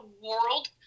world